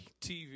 TV